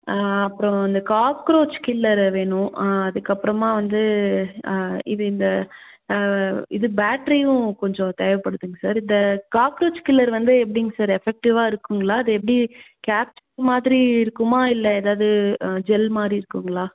அப்புறம் இந்த cockroach killer வேணும் அதுக்கப்புறமா வந்து இது இந்த இது பேட்ரியும் கொஞ்சம் தேவைப்படுதுங்க சார் இந்த காக்ரோச் கில்லர் வந்து எப்டிங்க சார் எஃபெக்டிவ்வாக இருக்குதுங்களா அது எப்படி மாதிரி இருக்குமா இல்லை ஏதாது ஜெல் மாதிரி இருக்குதுங்களா